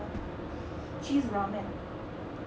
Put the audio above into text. cheese ramen